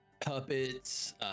puppets